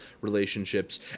relationships